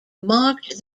marked